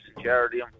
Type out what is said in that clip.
charity